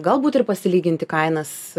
galbūt ir pasilyginti kainas